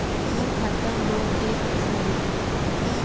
मोर खाता म के पईसा हे?